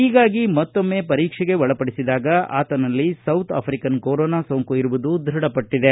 ಹೀಗಾಗಿ ಮತ್ತೊಮ್ಮೆ ಪರೀಕ್ಷೆಗೆ ಒಳಪಡಿಸಿದಾಗ ಆತನಲ್ಲಿ ಸೌತ್ ಅಪ್ರಿಕನ್ ಕೊರೊನಾ ಸೋಂಕು ಇರುವುದು ದೃಡಪಟ್ಟಿದೆ